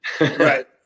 Right